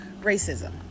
racism